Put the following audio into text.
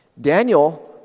Daniel